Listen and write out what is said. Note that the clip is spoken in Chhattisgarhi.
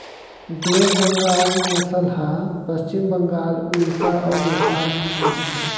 ब्लेक बंगाल नसल ह पस्चिम बंगाल, उड़ीसा अउ बिहार म मिलथे